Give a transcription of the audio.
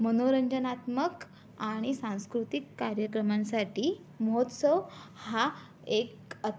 मनोरंजनात्मक आणि सांस्कृतिक कार्यक्रमांसाठी महोत्सव हा एक अत